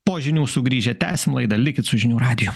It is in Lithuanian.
po žinių sugrįžę tęsim laidą likit su žinių radiju